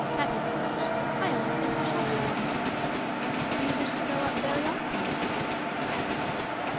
that isn't much. i almost think i shall get one do you wish to go up very often, then asked emmeline,